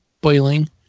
boiling